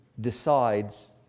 decides